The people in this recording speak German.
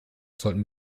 sollten